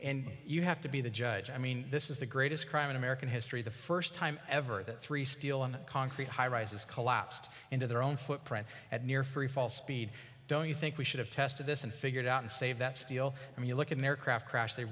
and you have to be the judge i mean this is the greatest crime in american history the first time ever that three steel and concrete highrises collapsed into their own footprint at near free fall speed don't you think we should have tested this and figured out and save that steel i mean look at an aircraft crash they